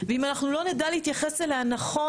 ואם אנחנו לא נדע להתייחס אליה נכון,